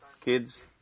Kids